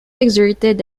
exerted